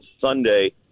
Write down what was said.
Sunday